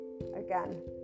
again